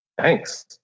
Thanks